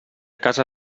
casa